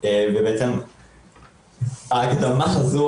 גם כגוף ארצי